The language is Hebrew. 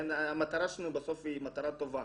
המטרה שלנו בסוף היא מטרה טובה.